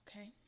Okay